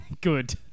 Good